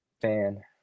fan